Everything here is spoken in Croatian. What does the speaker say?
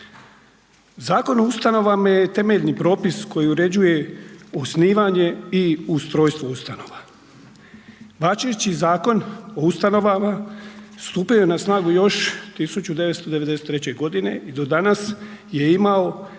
Zakon o ustanovama je temeljni propis koji uređuje osnivanje i ustrojstvo ustanova. Važeći Zakon o ustanovama stupaju na snagu još 1993. g. i do danas je imao tek